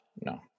No